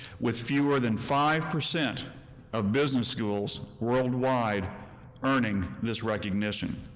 with fewer than five percent of business schools worldwide earning this recognition.